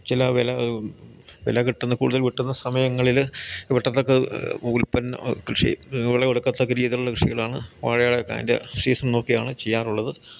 ചില വില വില കിട്ടുന്ന കൂടുതൽ കിട്ടുന്ന സമയങ്ങളിൽ വെട്ടത്തക്ക ഉൽപ്പന്ന കൃഷി വിളവെടുക്കത്തക്ക രീതിയിലുള്ള കൃഷികളാണ് മഴയുടെയൊക്കെ അതിൻ്റെ സീസൺ നോക്കിയാണ് ചെയ്യാറുള്ളത്